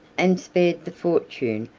and spared the fortune,